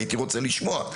הייתי רוצה לשמוע.